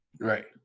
Right